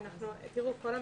אנחנו פותחים את כל המשק,